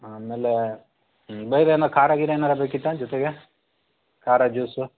ಆಮೇಲೆ ಬೇರೆ ಏನು ಖಾರ ಗೀರ ಏನಾರ ಬೇಕಿತ್ತಾ ಜೊತೆಗೆ ಖಾರಾ ಜ್ಯೂಸು